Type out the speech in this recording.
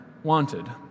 Wanted